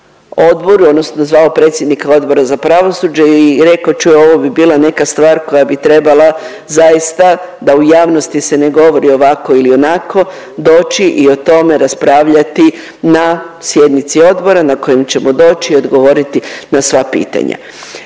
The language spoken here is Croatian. odboru odnosno zvao predsjednika Odbora za pravosuđe i rekao čuj ovo bi bila neka stvar koja bi trebala zaista da u javnosti se ne govori ovako ili onako doći i o tome raspravljati na sjednici odbora na kojem ćemo doći i odgovoriti na sva pitanja.